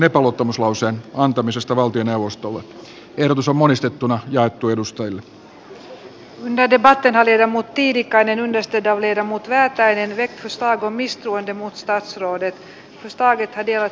eduskunta katsoo että hallitus on monilla toimilla lisännyt asumiskustannuksia passiivisuudellaan saanut aikaan sen että kohtuuhintaisten asuntojen tarjonta on romahtanut ja keskittämispolitiikallaan pahentanut asuntokurjuutta